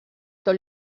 tot